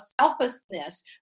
selflessness